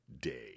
day